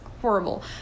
horrible